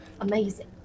Amazing